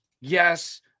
Yes